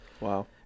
Wow